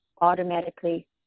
automatically